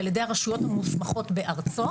על ידי הרשויות המוסמכות בארצו,